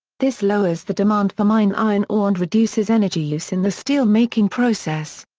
this lowers the demand for mined iron ore and reduces energy use in the steel-making process.